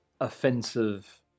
offensive